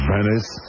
Venice